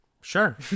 Sure